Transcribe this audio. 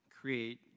create